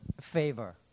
favor